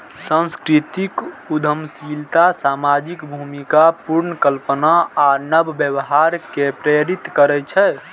सांस्कृतिक उद्यमशीलता सामाजिक भूमिका पुनर्कल्पना आ नव व्यवहार कें प्रेरित करै छै